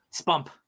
Spump